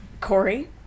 Corey